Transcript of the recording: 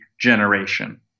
generation